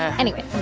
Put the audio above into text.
anyway,